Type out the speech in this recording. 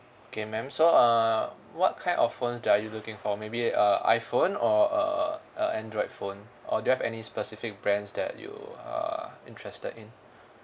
okay ma'am so err what kind of phone that are you looking for maybe a iphone or a a android phone or do you have any specific brands that you are interested in